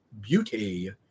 beauty